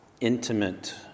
intimate